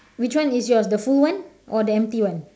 which one is yours the full one or the empty one